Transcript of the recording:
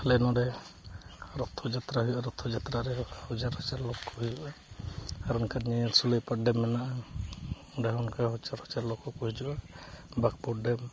ᱟᱞᱮ ᱱᱚᱸᱰᱮ ᱨᱚᱛᱷᱚ ᱡᱟᱛᱨᱟ ᱦᱩᱭᱩᱜᱼᱟ ᱨᱚᱛᱷᱚ ᱡᱟᱛᱨᱟ ᱨᱮ ᱦᱟᱡᱟᱨ ᱦᱟᱡᱟᱨ ᱦᱚᱲ ᱠᱚ ᱦᱤᱡᱩᱜᱼᱟ ᱟᱨ ᱚᱱᱠᱟ ᱧᱮᱧᱮᱞ ᱥᱩᱞᱟᱹᱭᱯᱟᱲ ᱰᱮᱢ ᱢᱮᱱᱟᱜᱼᱟ ᱚᱸᱰᱮ ᱦᱚᱸ ᱚᱱᱠᱟ ᱵᱚᱪᱷᱚᱨ ᱵᱚᱪᱷᱚᱨ ᱞᱳᱠᱚ ᱠᱚ ᱦᱤᱡᱩᱜᱼᱟ ᱵᱟᱸᱠᱵᱚᱲ ᱰᱮᱢ